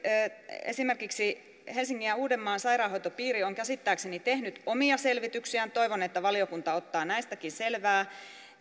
esimerkiksi helsingin ja uudenmaan sairaanhoitopiiri on käsittääkseni tehnyt omia selvityksiään toivon että valiokunta ottaa näistäkin selvää